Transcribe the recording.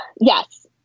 Yes